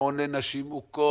מעון לנשים מוכות,